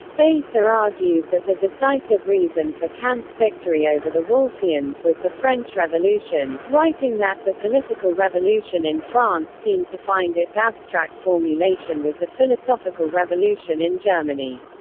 beiser argues that the decisive reason for kant's victory over the wolffians was the french revolution, writing that, the political revolution in france seemed to find its abstract formulation with the philosophical revolution in germany.